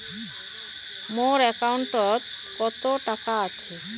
মোর একাউন্টত কত টাকা আছে?